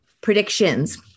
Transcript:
predictions